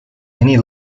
many